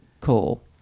cool